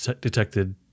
detected